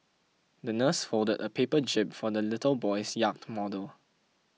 the nurse folded a paper jib for the little boy's yacht model